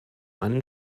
einen